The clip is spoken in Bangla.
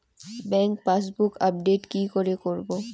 ব্যাংক পাসবুক আপডেট কি করে করবো?